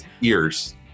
ears